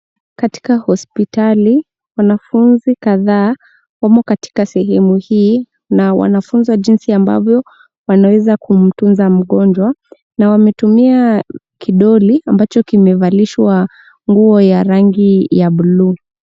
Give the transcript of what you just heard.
Katika hospitali, wanafunzi kadhaa wamo katika sehemu hii, na wanafunzwa jinsi ambavyo wanaeza kumtunza mgonjwa, na wametumia kidoli ambacho kimevalishwa nguo ya rangi ya blue .